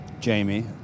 Jamie